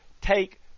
take